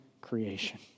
creation